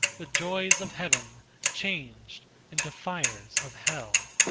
the joys of heaven changed into fires of hell.